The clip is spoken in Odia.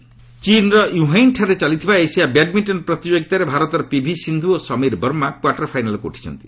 ବ୍ୟାଡ୍ମିଣ୍ଟନ୍ ଚୀନ୍ର ଓ୍ୱହାନ୍ଠାରେ ଚାଲିଥିବା ଏସିଆ ବ୍ୟାଡ୍ମିଣ୍ଟନ୍ ପ୍ରତିଯୋଗିତାରେ ଭାରତର ପିଭି ସିନ୍ଧୁ ଓ ସମୀର ବର୍ମା କ୍ୱାର୍ଟର୍ ଫାଇନାଲ୍କୁ ଉଠିଛନ୍ତି